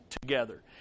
together